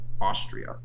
Austria